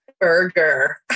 Burger